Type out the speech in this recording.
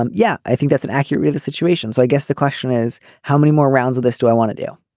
um yeah i think that's an accurate of the situation so i guess the question is how many more rounds of this do i want to do.